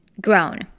grown